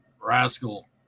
rascal